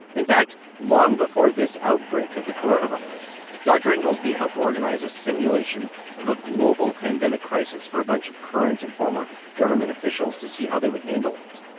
in fact, long before this outbreak of the coronavirus, dr. inglesby helped organize a simulation of a global pandemic crisis for a bunch of current and former government officials to see how they would handle it.